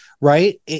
right